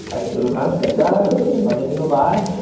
अरे सुरुकांत कैसा बड़े दिनों बाद